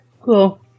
Cool